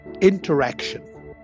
interaction